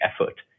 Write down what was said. effort